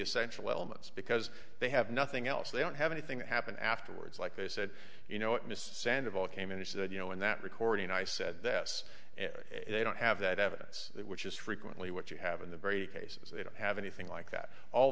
essential elements because they have nothing else they don't have anything that happened afterwards like they said you know it missed sand of all came in he said you know in that recording i said this they don't have that evidence which is frequently what you have in the very cases they don't have anything like that all